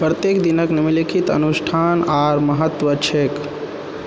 प्रत्येक दिनक निम्नलिखित अनुष्ठान आर महत्व छैक